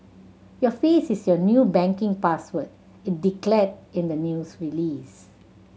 your face is your new banking password it declared in the news release